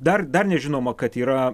dar dar nežinoma kad yra